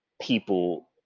people